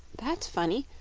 that's funny.